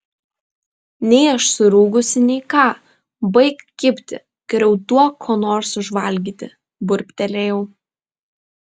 nei aš surūgusi nei ką baik kibti geriau duok ko nors užvalgyti burbtelėjau